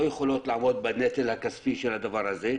לא יכולות עמוד בנטל הכספי של הדבר הזה,